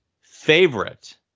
favorite